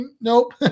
nope